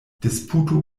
disputu